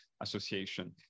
association